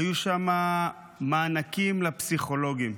היו שם מענקים לפסיכולוגים,